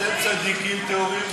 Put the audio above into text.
אתם צדיקים טהורים,